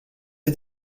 for